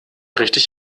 richtig